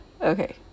Okay